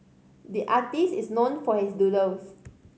the artist is known for his doodles